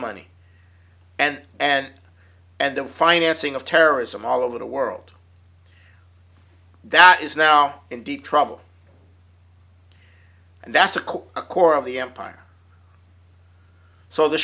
money and and and the financing of terrorism all over the world that is now in deep trouble and that's a quote core of the empire so the